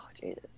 Jesus